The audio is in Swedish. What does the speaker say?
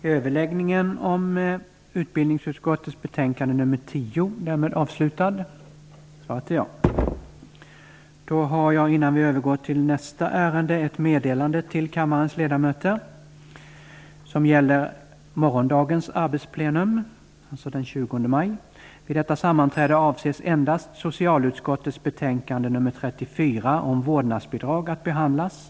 Såvitt nu kan bedömas kommer efter ny behandling socialutskottets betänkande om vårdnadsbidrag att kunna bordläggas senare i kväll. Samtidigt avses socialförsäkringsutskottets betänkande om föräldaförsäkring också att bordläggas.